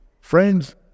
friends